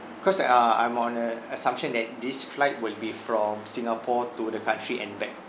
cause uh I'm on the assumption that this flight will be from singapore to the country and back